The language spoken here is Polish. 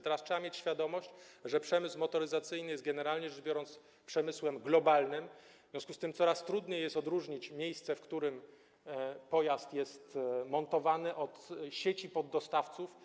Teraz trzeba mieć świadomość, że przemysł motoryzacyjny jest, generalnie rzecz biorąc, przemysłem globalnym, w związku z czym coraz trudniej jest odróżnić miejsce, w którym pojazd jest montowany, od sieci poddostawców.